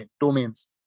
domains